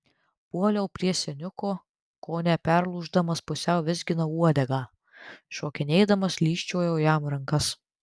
puoliau prie seniuko kone perlūždamas pusiau vizginau uodegą šokinėdamas lyžčiojau jam rankas